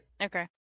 Okay